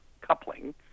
coupling